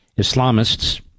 Islamists